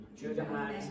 Judah